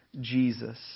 jesus